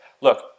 look –